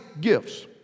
gifts